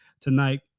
tonight